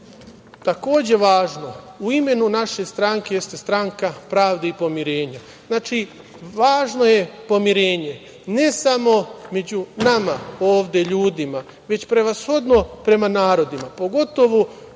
takođe važno u ime naše stranke jeste Stranka pravde i pomirenja. Znači, važno je pomirenje, ne samo među nama ovde ljudima, već prevashodno prema narodima, pogotovo